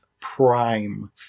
prime